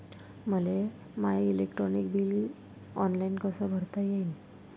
मले my electric bill online कस भरता येईन?